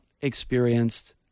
experienced